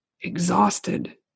exhausted